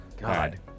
God